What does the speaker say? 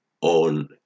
on